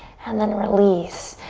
and then release.